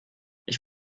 ich